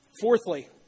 Fourthly